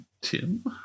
tim